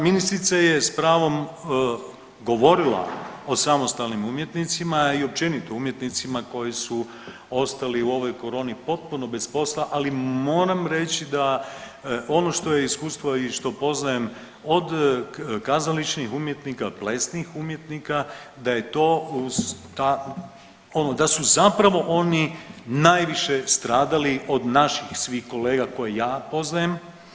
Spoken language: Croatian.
Ministrica je s pravom govorila o samostalnim umjetnicima i općenito umjetnicima koji su ostali u ovoj koroni potpuno bez posla, ali moram reći da ono što je iskustvo i što poznajem od kazališnih umjetnika, plesnih umjetnika da je to uz ta, ono da su zapravo oni najviše stradali od naših svih kolega koje ja poznajem.